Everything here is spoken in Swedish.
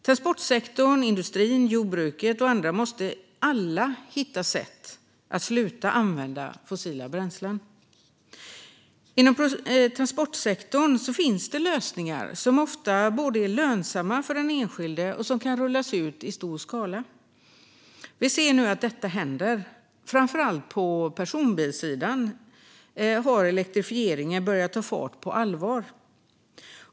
Transportsektorn, industrin, jordbruket och andra måste hitta sätt att sluta använda fossila bränslen. Inom transportsektorn finns lösningar som ofta både är lönsamma för den enskilde och kan rullas ut i stor skala. Vi ser nu att detta händer. Framför allt på personbilssidan har elektrifieringen börjat ta fart på allvar.